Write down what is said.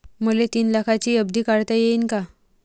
मले तीन लाखाची एफ.डी काढता येईन का?